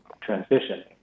transition